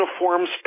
Uniforms